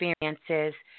experiences